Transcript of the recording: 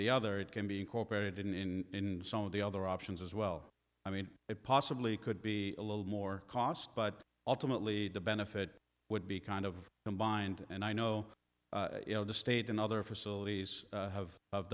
the other it can be incorporated in some of the other options as well i mean it possibly could be a little more cost but ultimately the benefit would be kind of combined and i know the state and other facilities have